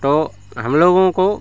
तो हम लोगों को